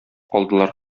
калдылар